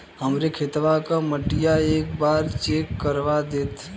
हमरे खेतवा क मटीया एक बार चेक करवा देत?